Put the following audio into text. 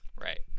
Right